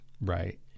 Right